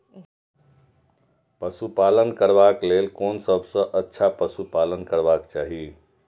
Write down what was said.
पशु पालन करबाक लेल कोन सबसँ अच्छा पशु पालन करबाक चाही?